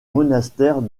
monastère